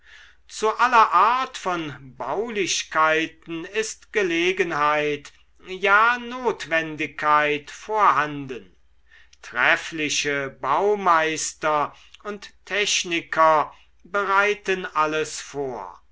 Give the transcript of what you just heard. zu aller art von baulichkeiten ist gelegenheit ja notwendigkeit vorhanden treffliche baumeister und techniker bereiten alles vor